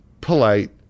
polite